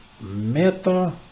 Meta